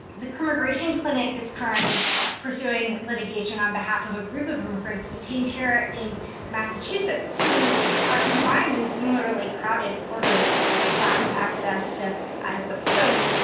the immigration clinic is currently pursuing litigation on behalf of a group of immigrants detained here in massachusetts who are confined in similarly crowded quarters with lack of access to adequate soap,